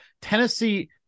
tennessee